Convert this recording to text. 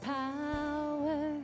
power